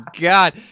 God